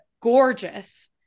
gorgeous